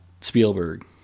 Spielberg